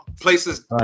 places